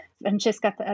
Francesca